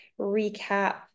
recap